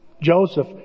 Joseph